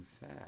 sad